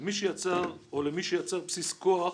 למי שייצר בסיס כוח